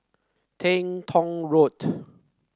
Teng Tong Road